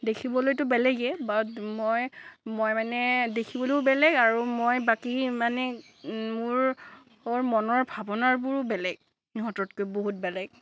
দেখিবলৈটো বেলেগে বাট মই মই মানে দেখিবলৈও বেলেগ আৰু মই বাকী মানে মোৰ মনৰ ভাবনাবোৰো বেলেগ সিঁহততকৈ বহুত বেলেগ